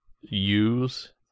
use